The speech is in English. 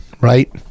right